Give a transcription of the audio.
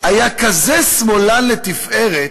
היה כזה שמאלן לתפארת,